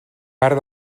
part